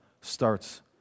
starts